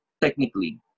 technically